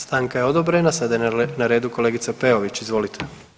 Stanka je odobrena, sada je na redu kolegica Peović, izvolite.